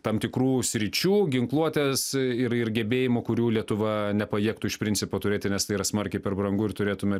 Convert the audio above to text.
tam tikrų sričių ginkluotės ir ir gebėjimų kurių lietuva nepajėgtų iš principo turėti nes tai yra smarkiai per brangu ir turėtume